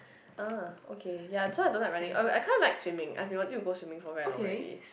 ah okay ya so I don't like running uh I kinda like swimming I've been wanting to go swimming for very long already